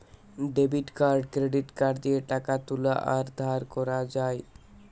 debit card credit card দিয়ে টাকা তুলা আর ধার করা যায়